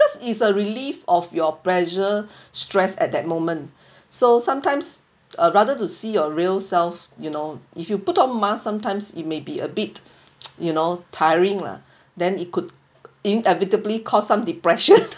this is a relief of your pressure stress at that moment so sometimes uh rather to see your real self you know if you put on mask sometimes it may be a bit you know tiring lah then it could inevitably cause some depression